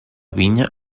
vinya